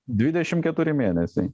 dvidešim keturi mėnesiai